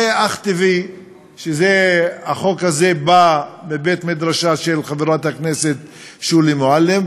זה אך טבעי שהחוק הזה בא מבית-מדרשה של חברת הכנסת שולי מועלם,